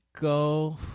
go